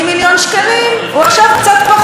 כי עכשיו צריך לתת כסף